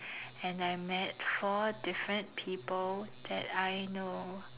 and I met four different people that I know